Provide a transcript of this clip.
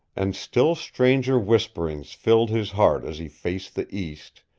and still stranger whisperings filled his heart as he faced the east,